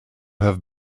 have